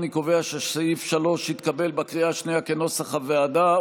אני קובע שסעיף 3 התקבל בקריאה השנייה כנוסח הוועדה,